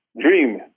dream